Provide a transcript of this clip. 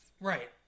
Right